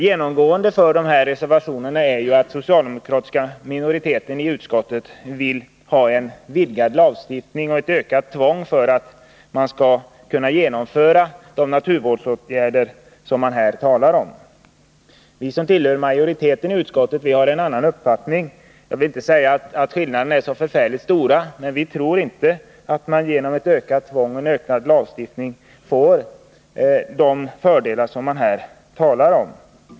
Genomgående för dessa reservationer är att den socialdemokratiska minoriteten i utskottet vill ha en vidgad lagstiftning och ett ökat tvång för att man skall kunna genomföra de naturvårdsåtgärder som det här talas om. Vi som tillhör majoriteten i utskottet har en annan uppfattning. Jag vill inte säga att skillnaderna i uppfattning är så förfärligt stora, men de skiljer sig så till vida att vi inte tror att man genom ett ökat tvång och en vidgad lagstiftning får dessa fördelar.